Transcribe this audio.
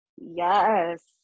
yes